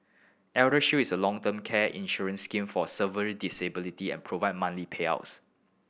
ElderShield is a long term care insurance scheme for severe disability and provide monthly payouts